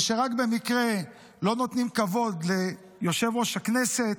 ושרק במקרה לא נותנים כבוד ליושב-ראש הכנסת,